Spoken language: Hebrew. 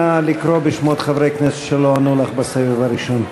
נא לקרוא בשמות חברי הכנסת שלא ענו לך בסבב הראשון.